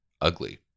ugly